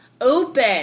Open